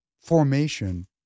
formation